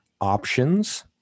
options